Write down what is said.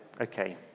Okay